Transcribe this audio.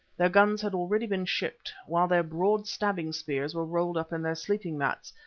their guns had already been shipped, while their broad stabbing spears were rolled up in their sleeping mats,